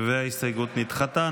ההסתייגות נדחתה.